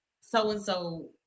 so-and-so